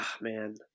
man